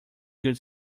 good